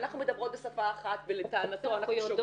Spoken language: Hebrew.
אנחנו מדברות בשפה אחת, ולטענתו, אנחנו שוגות.